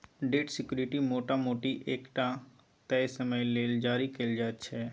date security मोटा मोटी एकटा तय समय लेल जारी कएल जाइत छै